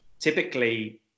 Typically